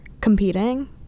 competing